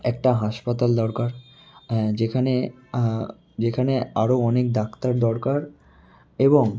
একটা হাসপাতাল দরকার যেখানে যেখানে আরও অনেক ডাক্তার দরকার এবং